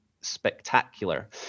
spectacular